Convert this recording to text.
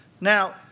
Now